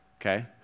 Okay